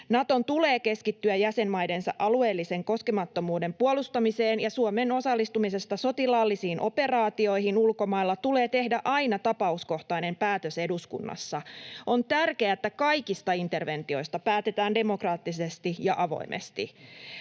Naton tulee keskittyä jäsenmaidensa alueellisen koskemattomuuden puolustamiseen, ja Suomen osallistumisesta sotilaallisiin operaatioihin ulkomailla tulee tehdä aina tapauskohtainen päätös eduskunnassa. On tärkeää, että kaikista interventioista päätetään demokraattisesti ja avoimesti.